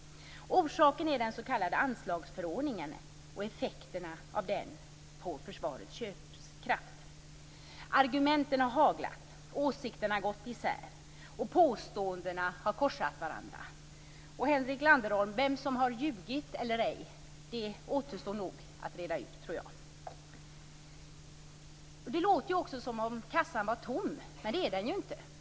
Orsaken är den s.k. anslagsförordningen och effekterna av den på försvarets köpkraft. Argumenten har haglat, åsikterna har gått isär och påståendena har korsat varandra! Och vem som har ljugit eller ej, Henrik Landerholm, återstår nog att reda ut. Det låter som om kassan är tom, men det är den inte.